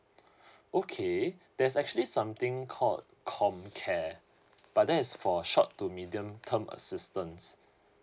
okay there's actually something called COMCARE but that is for short to medium term assistance